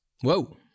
Whoa